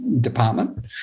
department